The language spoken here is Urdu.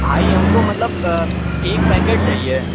بھائی ہم کو مطلب ایک پیکٹ چاہیے